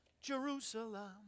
Jerusalem